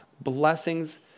blessings